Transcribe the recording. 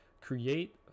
create